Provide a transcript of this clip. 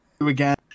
again